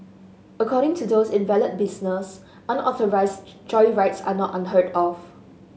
according to those in the valet business unauthorised joyrides are not unheard of